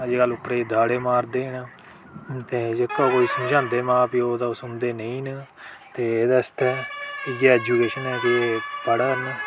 अजकल उप्परै ई दाह्ड़े मारदे न उंदे जेह्का केईं समझांदे मां प्योऽ तां ओह् सुनदे नेईं न ते एह्दे आस्तै इ'यै एजूकेशन ऐ तूं पढ़ा ना